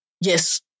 Yes